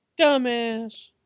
Dumbass